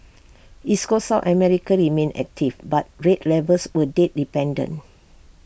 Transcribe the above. East Coast south America remained active but rate levels were date dependent